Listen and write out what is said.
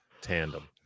tandem